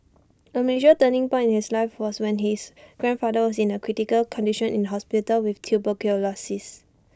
A major turning point in his life was when his grandfather was in A critical condition in hospital with tuberculosis